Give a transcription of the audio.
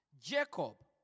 Jacob